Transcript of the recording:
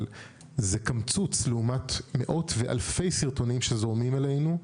אבל זה קמצוץ לעומת מאות ואלפי סרטונים שזורמים אלינו.